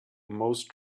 most